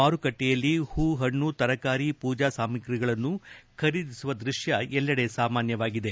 ಮಾರುಕಟ್ಟೆಯಲ್ಲಿ ಹೂ ಹಣ್ಣು ತರಕಾರಿ ಪೂಜಾ ಸಾಮಗ್ರಿಗಳನ್ನು ಖರೀದಿಸುವ ದೃಶ್ಯ ಎಲ್ಲೆಡೆ ಸಾಮಾನ್ಯವಾಗಿದೆ